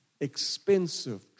expensive